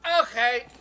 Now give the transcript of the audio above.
Okay